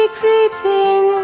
creeping